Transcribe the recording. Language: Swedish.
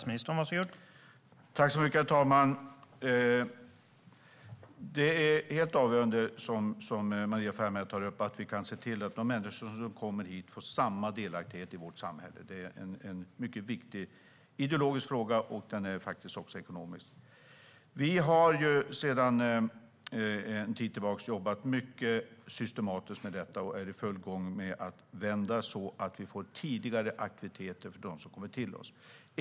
Herr talman! Det är helt avgörande, som Maria Ferm här tar upp, att vi kan se till att de människor som kommer hit får samma delaktighet i vårt samhälle som alla andra. Det är en mycket viktig ideologisk fråga, och den är faktiskt också ekonomisk. Vi har sedan en tid tillbaka jobbat mycket systematiskt med detta och är i full gång med att vända så att vi får tidigare aktiviteter för dem som kommer till oss.